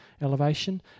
elevation